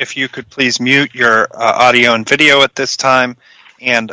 if you could please mute your audio and video at this time and